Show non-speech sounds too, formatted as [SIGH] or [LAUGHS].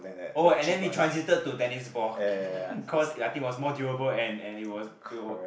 oh and then we transited to tennis ball [LAUGHS] because ya I think it was more durable and and it was it it